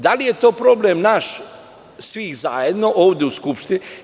Da li je to problem naš, svih zajedno ovde u Skupštini?